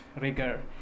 rigor